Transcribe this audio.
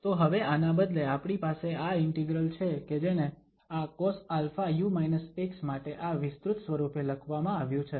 તો હવે આના બદલે આપણી પાસે આ ઇન્ટિગ્રલ છે કે જેને આ cosα માટે આ વિસ્તૃત સ્વરૂપે લખવામાં આવ્યું છે